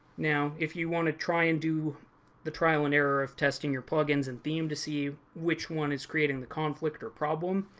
now, if you want to try and do the trial and error of testing your plugins and theme to see which one is creating the conflict or the problem,